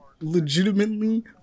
legitimately